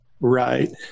Right